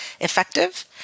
Effective